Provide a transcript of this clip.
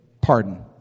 pardon